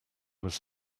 was